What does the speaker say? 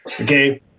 Okay